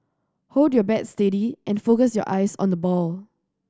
hold your bat steady and focus your eyes on the ball